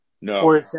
No